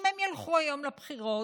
אם הם ילכו היום לבחירות,